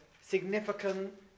significant